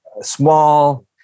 small